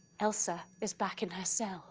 elsa is back in her cell